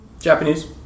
Japanese